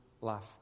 life